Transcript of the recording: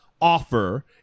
offer